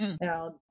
Now